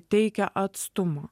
teikia atstumo